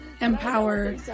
empower